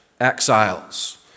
exiles